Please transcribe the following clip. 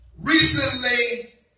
recently